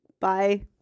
Bye